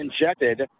injected